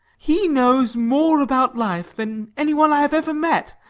he knows more about life than any one i have ever met.